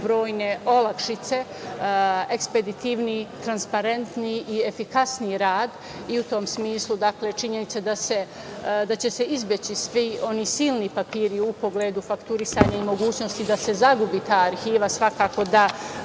brojne olakšice, ekspeditivniji, transparentniji i efikasniji rad i u tom smislu, dakle, činjenica da će se izbeći svi oni silni papiri u pogledu fakturisanja i mogućnosti da se zagubi ta arhiva. Svakako da